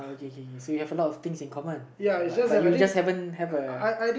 okay okay so you have a lot of things in common but you just haven't have a